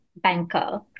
banker